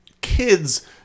Kids